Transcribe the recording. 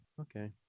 Okay